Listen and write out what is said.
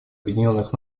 объединенных